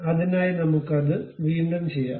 അതിനായി നമുക്ക് അത് വീണ്ടും ചെയ്യാം